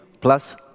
plus